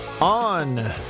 on